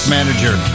Manager